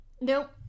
Nope